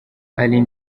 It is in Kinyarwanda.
ari